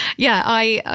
yeah, i, ah